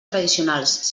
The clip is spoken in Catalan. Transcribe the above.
tradicionals